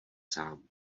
sám